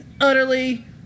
utterly